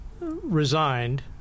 resigned